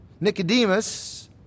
Nicodemus